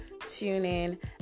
TuneIn